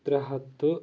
ترٛےٚ ہَتھ تہٕ